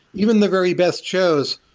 even the very best shows,